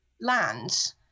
lands